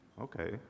Okay